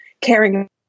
caring